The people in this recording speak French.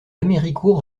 héricourt